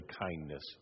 kindness